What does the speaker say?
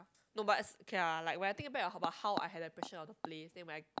no but okay lah like when I think about how I had an impresison of the place then when I